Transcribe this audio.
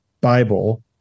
Bible